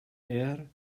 air